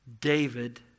David